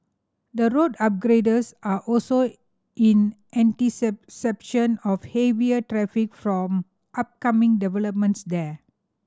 the road upgrades are also in of heavier traffic from upcoming developments there